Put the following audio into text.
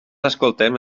escoltem